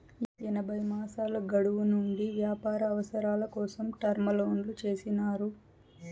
ఎనభై మాసాల గడువు నుండి వ్యాపార అవసరాల కోసం టర్మ్ లోన్లు చేసినారు